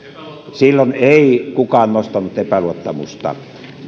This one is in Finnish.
silloin ei kukaan nostanut epäluottamusta